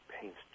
paints